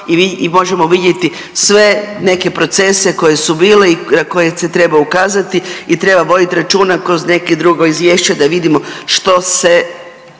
i možemo vidjeti sve neke procese koji su bili i na koje se treba ukazati i treba voditi računa kroz neko drugo izvješće da vidimo što se